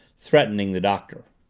threatening the doctor.